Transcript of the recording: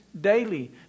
daily